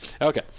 Okay